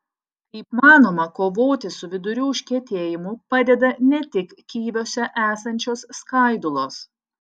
kaip manoma kovoti su vidurių užkietėjimu padeda ne tik kiviuose esančios skaidulos